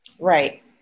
Right